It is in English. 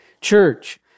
Church